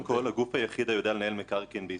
הגוף היחיד היודע לנהל מקרקעין בישראל,